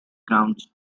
grounds